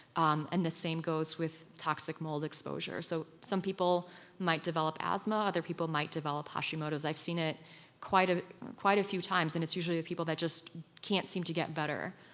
um and the same goes with toxic mold exposure. so some people might develop asthma, other people might develop hashimoto's. i've seen it quite ah quite a few times, and it's usually people that just can't seem to get better,